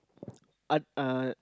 ot~ uh